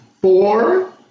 four